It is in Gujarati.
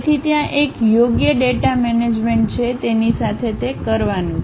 તેથી ત્યાં એક યોગ્ય ડેટા મેનેજમેન્ટ છે જેની સાથે તે કરવાનું છે